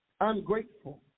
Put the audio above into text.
ungrateful